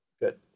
Good